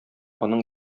аның